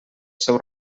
seu